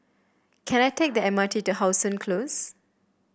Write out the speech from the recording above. can I take the M R T to How Sun Close